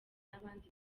n’abandi